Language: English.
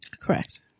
Correct